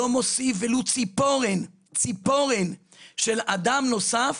לא מוסיף ולו ציפורן, ציפורן של אדם נוסף